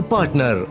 Partner